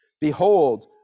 Behold